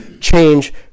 change